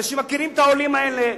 אנשים מכירים את העולים האלה,